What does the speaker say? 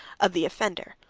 of the offender.